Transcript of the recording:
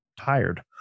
tired